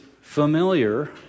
familiar